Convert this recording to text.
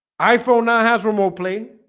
iphone now has remote plane.